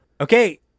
Okay